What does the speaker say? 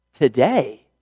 today